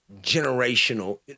generational